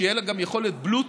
שתהיה לה גם יכולת בלוטות',